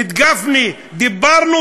את גפני, דיברנו?